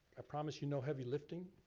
i promise you no heavy lifting.